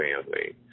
family